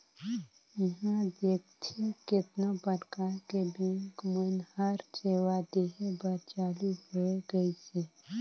इहां देखथे केतनो परकार के बेंक मन हर सेवा देहे बर चालु होय गइसे